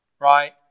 Right